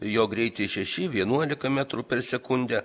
jo greitis šeši vienuolika metrų per sekundę